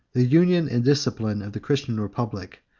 the union and discipline of the christian republic,